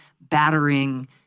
battering